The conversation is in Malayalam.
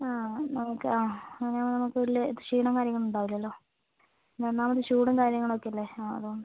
ആ നോക്കാം ആ അങ്ങനെയാവുമ്പോൾ നമുക്ക് വലിയ ക്ഷീണവും കാര്യങ്ങളൊന്നും ഉണ്ടാവില്ലല്ലോ ഒന്നാമത് ചൂടും കാര്യങ്ങളൊക്കെ അല്ലേ അതുകൊണ്ട്